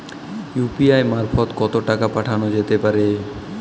UPI মারফত কত টাকা পাঠানো যেতে পারে?